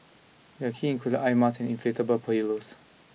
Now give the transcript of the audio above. their key included eye marten inflatable pillows